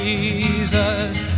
Jesus